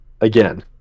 again